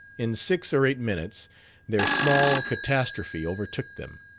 in six or eight minutes their small catastrophe overtook them.